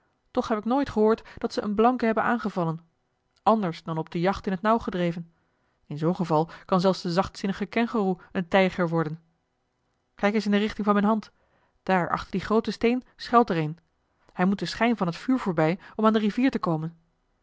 toch heb ik nooit gehoord dat ze een blanke hebben aangevallen anders dan op de jacht in het nauw gedreven in zoo'n geval kan zelfs de zachtzinnige kengoeroe een tijger worden kijk eens in de richting van mijne hand daar achter dien grooten steen schuilt er een hij moet den schijn van het vuur voorbij om aan de rivier te komen